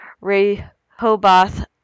Rehoboth